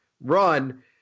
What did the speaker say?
run